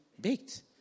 baked